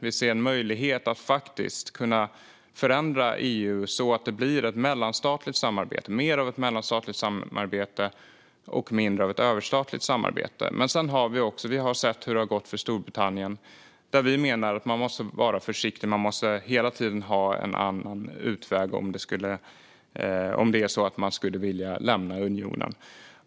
Vi ser en möjlighet att faktiskt kunna förändra EU så att det blir mer av ett mellanstatligt samarbete och mindre av ett överstatligt samarbete. Sedan har vi också sett hur det har gått för Storbritannien. Vi menar att man måste vara försiktig och hela tiden ha en annan utväg om man skulle vilja lämna unionen.